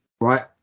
Right